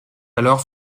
alors